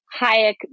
Hayek